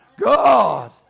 God